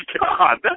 God